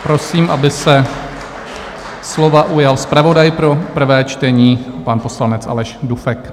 Prosím, aby se slova ujal zpravodaj pro prvé čtení, pan poslanec Aleš Dufek.